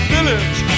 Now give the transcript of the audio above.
Village